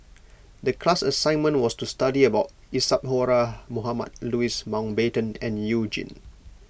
the class assignment was to study about Isadhora Mohamed Louis Mountbatten and You Jin